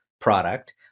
product